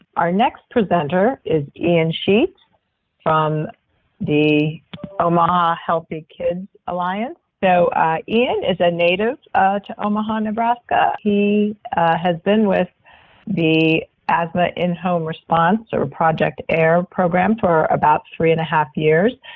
our next presenter is ian sheets from the omaha healthy kids alliance. so ian is a native of omaha, nebraska. he has been with the asthma in-home response or project air program for about three and a half years.